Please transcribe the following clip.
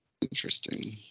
Interesting